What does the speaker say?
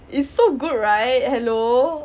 it's so good right hello